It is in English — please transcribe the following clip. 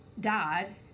died